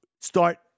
start